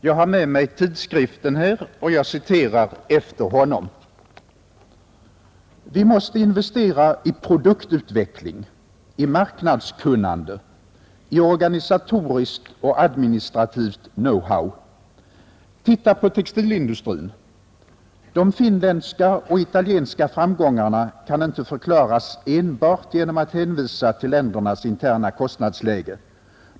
Jag har med mig tidskriften här, och jag citerar efter honom: ”Vi måste investera i produktutveckling, i marknadskunnande, i organisatoriskt och administrativt know-how. Titta på textilindustrin. De finländska och italienska framgångarna kan inte förklaras enbart genom att hänvisa till ländernas interna kostnadsläge.